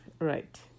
Right